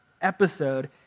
episode